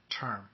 term